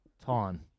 time